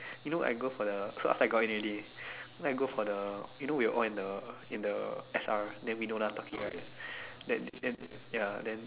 you know I go for the so after I got in already then I go for the you know we're all in the in the S R then we know we're talking right that then ya then